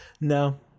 No